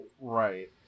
Right